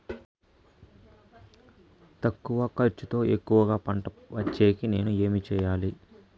తక్కువ ఖర్చుతో ఎక్కువగా పంట వచ్చేకి నేను ఏమి చేయాలి?